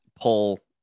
pull